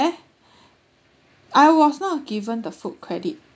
I was not given the food credit